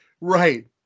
right